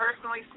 personally